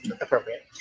appropriate